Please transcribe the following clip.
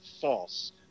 false